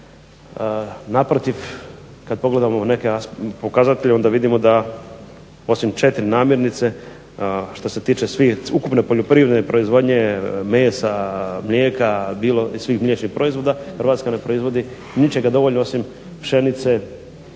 Naprotiv kada pogledamo u neke pokazatelje onda vidimo da osim 4 namirnice što se tiče ukupne poljoprivredne proizvodnje mesa, mlijeka i svih mliječnih proizvoda Hrvatska ne proizvodi ničega dovoljno osim pšenice,